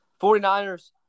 49ers